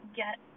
get